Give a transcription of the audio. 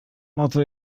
motto